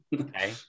Okay